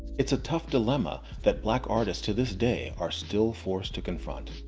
it's a tough dilemma that black artists to this day are still forced to confront.